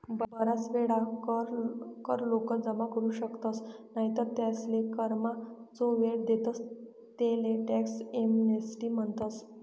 बराच वेळा कर लोक जमा करू शकतस नाही तर तेसले करमा जो वेळ देतस तेले टॅक्स एमनेस्टी म्हणतस